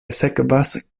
sekvas